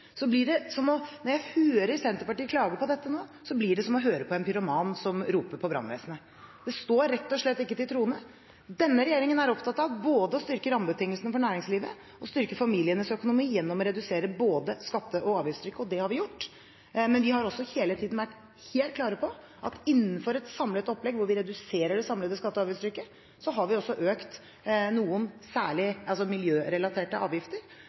blir det – når jeg hører Senterpartiet klage på dette nå – som å høre på en pyroman som roper på brannvesenet. Det står rett og slett ikke til troende. Denne regjeringen er opptatt av både å styrke rammebetingelsene for næringslivet og å styrke familienes økonomi gjennom å redusere skatte- og avgiftstrykket, og det har vi gjort. Men vi har også hele tiden vært helt klare på at innenfor et samlet opplegg hvor vi reduserer det samlede skatte- og avgiftstrykket, har vi økt noen miljørelaterte avgifter.